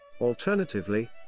Alternatively